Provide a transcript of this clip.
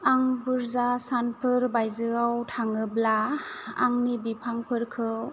आं बुरजा सानफोर बायजोआव थाङोब्ला आंनि बिफांफोरखौ